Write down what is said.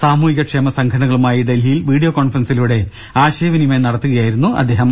സാമൂഹികക്ഷേമ സംഘടനകളുമായി ഡൽഹിയിൽ വീഡിയോ കോൺഫറൻസിലൂടെ ആശയവിനിമയം നടത്തുകയായിരുന്നു അദ്ദേഹം